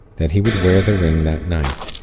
that he would wear the ring that night.